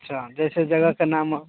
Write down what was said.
अच्छा जैसे जगह का नाम